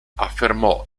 affermò